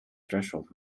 threshold